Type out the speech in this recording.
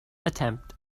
attempt